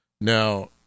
Now